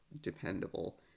dependable